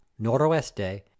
Noroeste